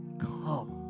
come